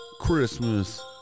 Christmas